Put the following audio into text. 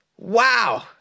Wow